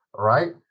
Right